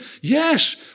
yes